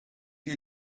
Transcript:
you